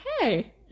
hey